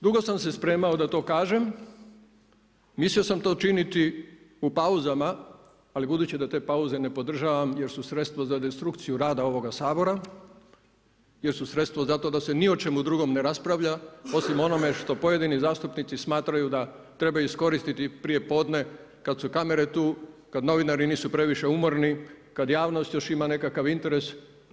Dugo sam se spremao da to kažem, mislio sam to učiniti u pauzama ali budući da te pauze ne podržavam jer su sredstvo za destrukciju rada ovoga Sabora, jer su sredstvo za to da se ni o čemu drugom ne raspravlja osim onome što pojedini zastupnici smatraju da treba iskoristiti prijepodne kada su kamere tu, kada novinari nisu previše umorni, kada javnost još ima nekakav interes.